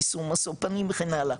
יישום משוא פנים וכן הלאה,